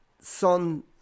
son